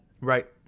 right